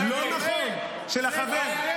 לא נכון, של החבר.